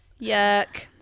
Yuck